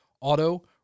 auto